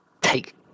take